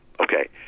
Okay